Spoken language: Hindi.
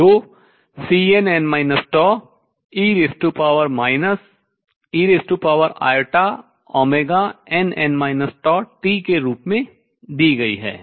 जो Cnn einn t के रूप में दी गई है